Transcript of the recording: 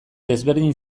desberdin